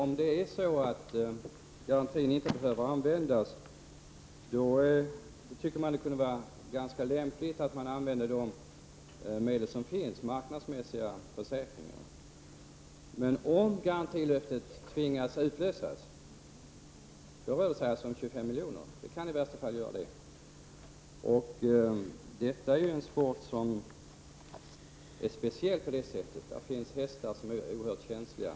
Herr talman! Om garantin inte behöver användas, tycker man att det kunde vara lämpligt att använda de medel som finns till marknadsmässiga försäkringar. Om garantilöftet måste infrias kan det i värsta fall röra sig om 25 milj.kr. Detta är en sport som är speciell på det sättet att det finns hästar som är oerhört känsliga.